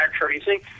tracing